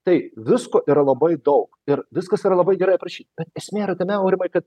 tai visko yra labai daug ir viskas yra labai gerai aprašyt bet esmė yra tame aurimai kad